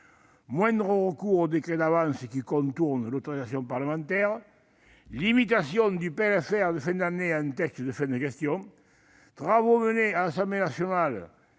moindre recours aux décrets d'avance, qui contournent l'autorisation parlementaire, limitation du PLFR de fin d'année à un texte de fin de gestion, travaux menés à l'Assemblée nationale